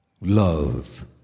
love